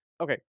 Okay